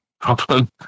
problem